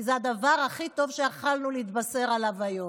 כי זה הדבר הכי טוב שיכולנו להתבשר עליו היום.